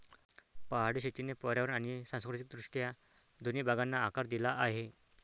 पहाडी शेतीने पर्यावरण आणि सांस्कृतिक दृष्ट्या दोन्ही भागांना आकार दिला आहे